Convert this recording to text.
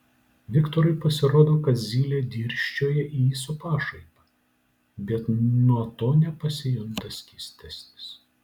viktorui pasirodo kad zylė dirsčioja į jį su pašaipa bet nuo to nepasijunta skystesnis